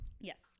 Yes